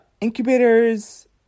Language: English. incubators